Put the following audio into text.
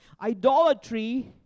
idolatry